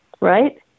right